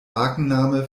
markenname